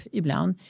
ibland